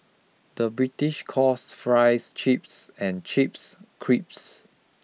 the British calls fries chips and chips crisps